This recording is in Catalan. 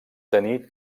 tenir